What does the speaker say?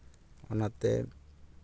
ᱚᱱᱟᱛᱮ